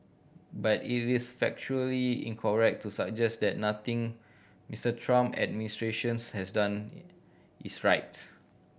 but it is factually incorrect to suggest that nothing Mister Trump's administration has done is right